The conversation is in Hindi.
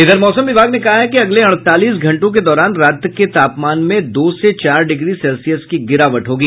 इधर मौसम विभाग ने कहा है कि अगले अड़तालीस घंटों के दौरान रात के तापमान में दो से चार डिग्री सेल्सियस की गिरावट होगी